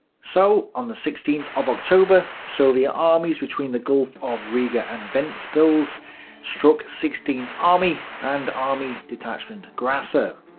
so, on the sixteenth of october, soviet armies between the gulf of riga and ventspils struck sixteenth army and army detachment grasser.